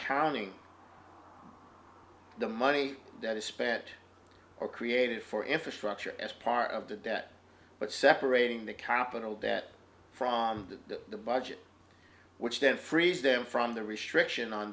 counting the money that is spent or created for infrastructure as part of the debt but separating the capital debt from the the budget which then frees them from the restriction on